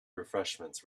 refreshments